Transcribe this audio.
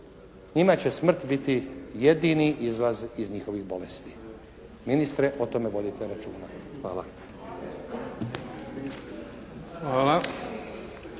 njima će smrt biti jedini izlaz iz njihovih bolesti. Ministre o tome vodite računa. Hvala.